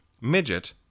midget